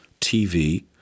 TV